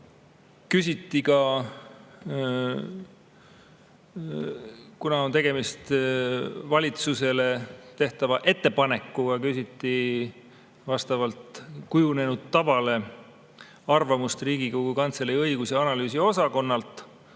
esitatud. Kuna tegemist on valitsusele tehtava ettepanekuga, küsiti vastavalt kujunenud tavale arvamust Riigikogu Kantselei õigus‑ ja analüüsiosakonnalt.